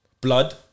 blood